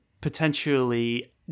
potentially